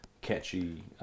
catchy